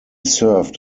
served